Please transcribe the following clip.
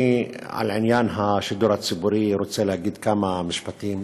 על עניין השידור הציבורי אני רוצה להגיד כמה משפטים.